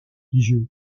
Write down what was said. dieu